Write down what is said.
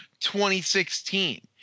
2016